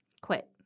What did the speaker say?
quit